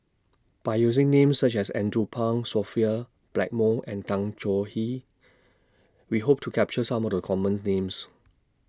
By using Names such as Andrew Phang Sophia Blackmore and Tan Choh He We Hope to capture Some of The commons Names